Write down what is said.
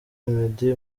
meddy